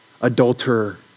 adulterer